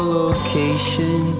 location